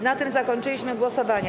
Na tym zakończyliśmy głosowania.